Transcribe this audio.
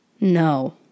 No